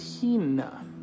Tina